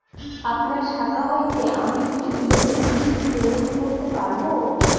আপনার শাখা হইতে আমি কি ইলেকট্রিক বিল পেমেন্ট করতে পারব?